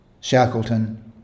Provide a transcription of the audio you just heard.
Shackleton